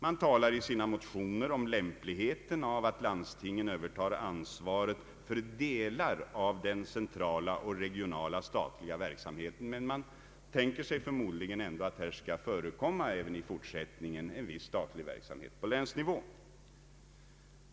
Man talar i sina motioner om lämpligheten av att landstingen övertar ansvaret för delar av den centrala och regionala statliga verksamheten. Men man tänker sig förmodligen ändå att här skall förekomma även i fortsättningen en viss statlig verksamhet på länsnivå.